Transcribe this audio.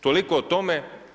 Toliko o tome.